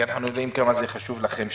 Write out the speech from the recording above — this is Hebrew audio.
כי אנחנו יודעים כמה חשוב לכם,